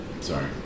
sorry